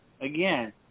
again